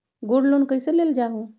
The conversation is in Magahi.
गोल्ड लोन कईसे लेल जाहु?